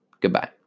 Goodbye